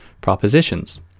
propositions